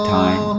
time